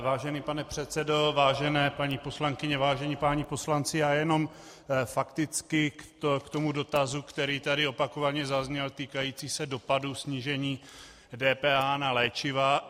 Vážený pane předsedo, vážené paní poslankyně, vážení páni poslanci, já jenom fakticky k dotazu, který tady opakovaně zazněl, týkajícímu se dopadu snížení DPH na léčiva.